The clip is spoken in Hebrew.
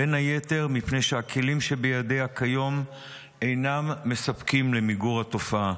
בין היתר בגלל שהכלים שבידיה כיום אינם מספקים למיגור התופעה.